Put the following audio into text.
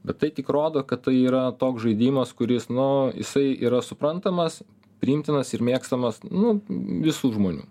bet tai tik rodo kad tai yra toks žaidimas kuris nu jisai yra suprantamas priimtinas ir mėgstamas nu visų žmonių